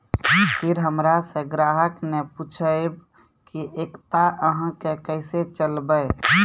फिर हमारा से ग्राहक ने पुछेब की एकता अहाँ के केसे चलबै?